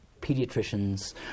pediatricians